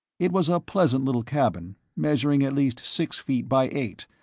it was a pleasant little cabin, measuring at least six feet by eight,